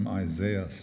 Isaiah